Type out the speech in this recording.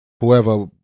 whoever